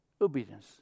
Obedience